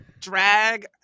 drag